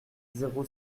zéro